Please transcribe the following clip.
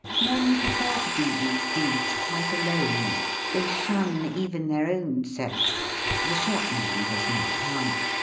men prefer to do these deeds quite alone they shun even their own sex the shopman does not count.